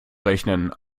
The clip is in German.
rechnen